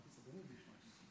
מכובדי היושב-ראש,